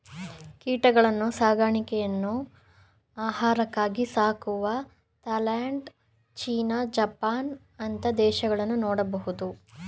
ಕೀಟಗಳನ್ನ್ನು ಸಾಕಾಣೆಗಳನ್ನು ಆಹಾರಕ್ಕಾಗಿ ಸಾಕುವ ಥಾಯಲ್ಯಾಂಡ್, ಚೀನಾ, ಜಪಾನ್ ಅಂತ ದೇಶಗಳನ್ನು ನೋಡಬಹುದು